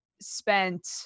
spent